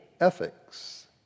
ethics